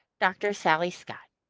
dr. sally scott.